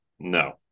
No